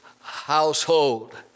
household